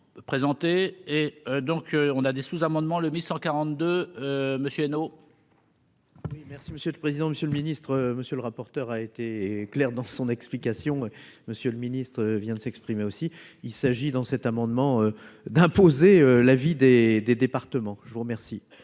présenté et donc on a des sous-amendements, le 842 monsieur Leno. Merci monsieur le président, monsieur le ministre, monsieur le rapporteur a été clair dans son explication : monsieur le Ministre, vient de s'exprimer aussi, il s'agit dans cet amendement, d'imposer la vie des des départements, je vous remercie.